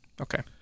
okay